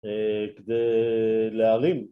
כדי להרים